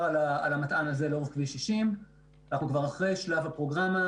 על המתע"ן הזה לאורך כביש 60. אנחנו כבר אחרי שלב הפרוגרמה,